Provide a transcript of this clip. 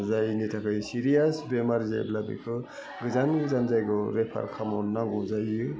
जायनि थाखाय सेरियास बेमार जायोब्ला बेफोर गोजान गोजान जायगायाव रेफार खालाम हरनांगौ जायो